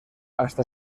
hasta